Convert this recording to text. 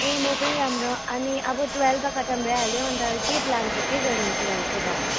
ए म पनि राम्रो अनि अब ट्वेल्भ त खतम भइहाल्यो अन्त के प्लान छ के गर्ने ट्वेल्भको बाद